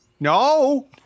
No